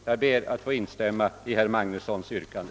Jag ber att få instämma i herr Magnussons i Borås yrkande.